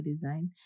design